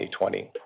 2020